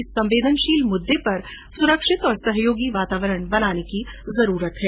इस संवेदनशील मुद्ददे पर सुरक्षित और सहयोगी वातावरण बनाने की जरूरत है